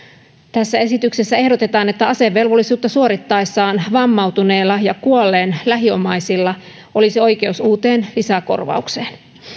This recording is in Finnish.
tässä esityksessä ehdotetaan että asevelvollisuutta suorittaessaan vammautuneella ja kuolleen lähiomaisilla olisi oikeus uuteen lisäkorvaukseen